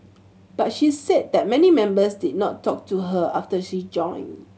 but she said that many members did not talk to her after she joined